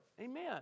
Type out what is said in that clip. amen